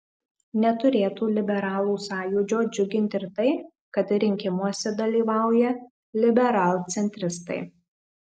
neturėtų liberalų sąjūdžio džiuginti ir tai kad rinkimuose dalyvauja liberalcentristai